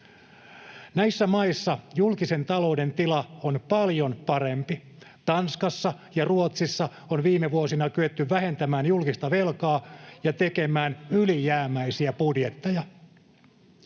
Näissä maissa julkisen talouden tila on paljon parempi. Tanskassa ja Ruotsissa on viime vuosina kyetty vähentämään julkista velkaa ja tekemään ylijäämäisiä budjetteja.